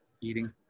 eating